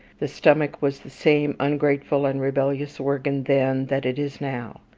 the stomach was the same ungrateful and rebellious organ then that it is now.